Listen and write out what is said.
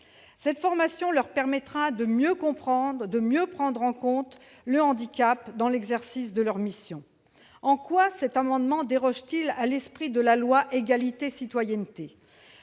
Cette formation leur permettrait de mieux comprendre le handicap et de mieux le prendre en compte dans l'exercice de leurs missions. En quoi cet amendement déroge-t-il à l'esprit de la loi Égalité et citoyenneté ?